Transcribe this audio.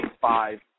five